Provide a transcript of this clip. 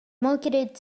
marketed